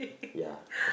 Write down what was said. ya